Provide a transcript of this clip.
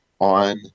on